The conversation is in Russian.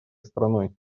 страной